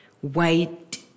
white